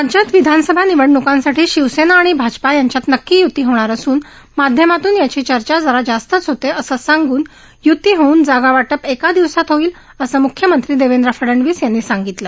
राज्यात विधानसभा निवडणुकांसाठी शिवसेना आणि भाजपा यांच्यात नक्की युती होणार असून माध्यमातून यांची चर्चा जरा जास्तच होते असं सांगून युती होऊन जागा वाटप एका दिवसात होईल असं मुख्यमंत्री देवेंद्र फडनवीस यांनी सांगितलं